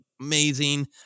Amazing